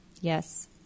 Yes